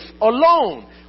alone